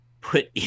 put